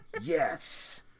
Yes